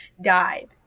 died